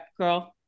girl